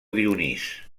dionís